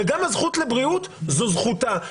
וגם הזכות לבריאות זו זכותה.